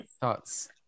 thoughts